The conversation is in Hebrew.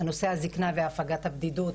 נושא הזקנה והפגת הבדידות,